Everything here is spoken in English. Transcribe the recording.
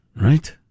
Right